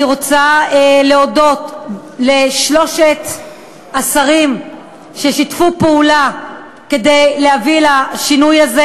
אני רוצה להודות לשלושת השרים ששיתפו פעולה כדי להביא לשינוי הזה.